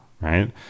right